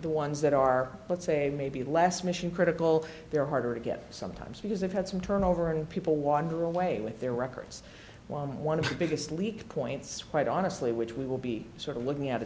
the ones that are let's say maybe less mission critical they're harder to get sometimes because they've had some turnover and people wander away with their records and one of the biggest leak points quite honestly which we will be sort of looking